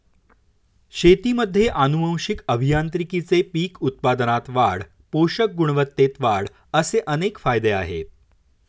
शेतीमध्ये आनुवंशिक अभियांत्रिकीचे पीक उत्पादनात वाढ, पोषक गुणवत्तेत वाढ असे अनेक फायदे आहेत